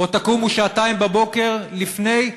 או, תקומו שעתיים בבוקר לפני,